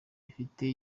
bifite